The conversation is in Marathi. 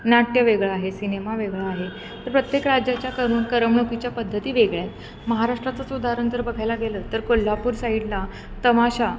नाट्य वेगळं आहे सिनेमा वेगळा आहे तर प्रत्येक राज्याच्या कर करमणुकीच्या पद्धती वेगळ्या आहेत महाराष्ट्राचच उदाहरण जर बघायला गेलं तर कोल्हापूर साईडला तमाशा